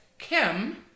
Kim